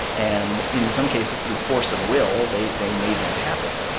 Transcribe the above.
and in some cases, through force of will, they they made that happen.